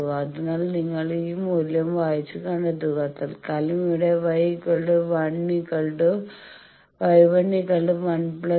അതിനാൽ നിങ്ങൾ ഈ മൂല്യം വായിച്ച് കണ്ടെത്തുക തത്കാലം ഇവിടെ Y 11 j 1